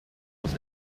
was